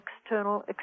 external